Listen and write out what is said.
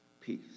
peace